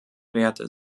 werte